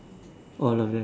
all of them